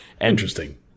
Interesting